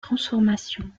transformation